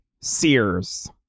Sears